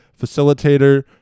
facilitator